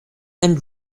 and